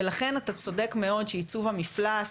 ולכן אתה צודק מאוד שייצוב המפלס,